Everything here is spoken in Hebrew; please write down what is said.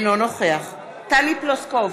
אינו נוכח טלי פלוסקוב,